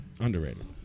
Underrated